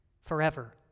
forever